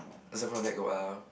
except from that got what ah